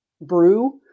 brew